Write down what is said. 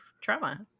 trauma